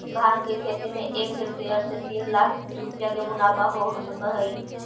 भाँग के खेती में एक हेक्टेयर से तीन लाख रुपया के मुनाफा हो सकऽ हइ